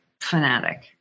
Fanatic